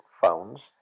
phones